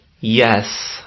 yes